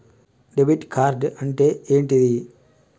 Debit card అంటే ఏంటిది?